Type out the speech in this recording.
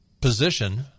position